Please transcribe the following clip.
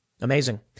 Amazing